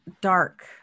dark